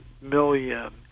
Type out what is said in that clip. million